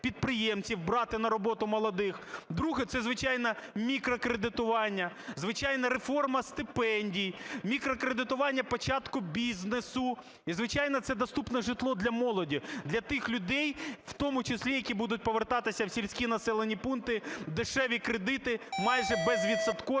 підприємців брати на роботу молодих. Друге. Це, звичайно, мікрокредитування, звичайно, реформа стипендій, мікрокредитування початку бізнесу і, звичайно, це доступне житло для молоді, для тих людей, в тому числі, які будуть повертатися в сільські населені пункти, дешеві кредити майже безвідсоткові